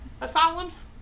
asylums